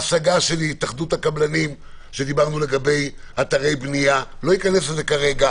ההשגה של התאחדות הקבלנים לגבי אתרי בנייה לא אכנס לזה כרגע